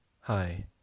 Hi